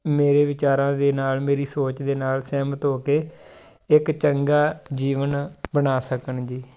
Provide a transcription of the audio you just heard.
ਮੇਰੇ ਵਿਚਾਰਾਂ ਦੇ ਨਾਲ ਮੇਰੀ ਸੋਚ ਦੇ ਨਾਲ ਸਹਿਮਤ ਹੋ ਕੇ ਇੱਕ ਚੰਗਾ ਜੀਵਨ ਬਣਾ ਸਕਣ ਜੀ